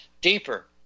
deeper